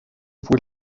fue